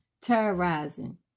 terrorizing